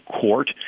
court